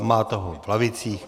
Máte ho v lavicích.